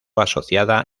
asociada